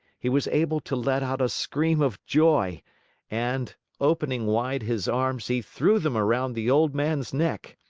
he was able to let out a scream of joy and, opening wide his arms he threw them around the old man's neck.